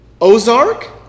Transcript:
Ozark